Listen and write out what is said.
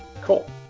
cool